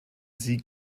sie